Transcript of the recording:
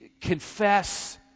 confess